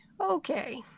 Okay